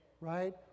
right